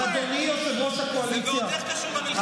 זה ועוד איך קשור למלחמה.